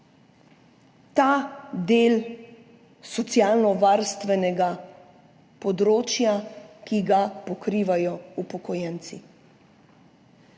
ta del socialnovarstvenega področja, ki ga pokrivajo upokojenci.